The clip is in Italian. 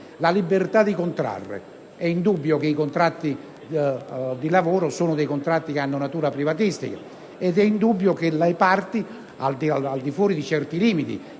la libertà di contrarre. È indubbio che i contratti di lavoro abbiano natura privatistica ed è indubbio che le parti, al di fuori di certi limiti